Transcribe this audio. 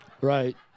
Right